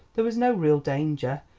there was no real danger.